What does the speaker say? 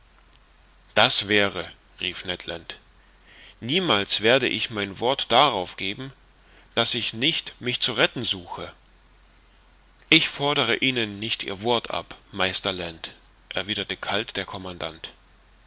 das wäre rief ned land niemals werde ich mein wort darauf geben daß ich nicht mich zu retten suche ich fordere ihnen nicht ihr wort ab meister land erwiderte kalt der commandant